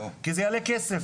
כי זה יעלה כסף.